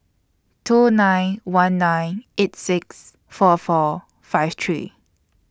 two nine one nine eight six four four five three